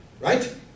right